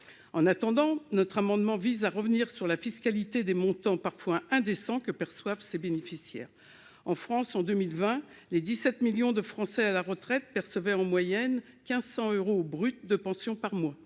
de cette annonce, notre amendement vise à revenir sur la fiscalité des sommes, parfois indécentes, que reçoivent les personnes concernées. En France, en 2020, les 17 millions de Français à la retraite percevaient en moyenne 1 500 euros bruts de pension par mois,